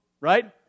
right